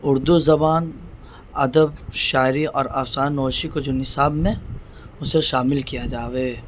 اردو زبان ادب شاعری اور آسان نوشی کو جو نصاب میں اسے شامل کیا جاوئے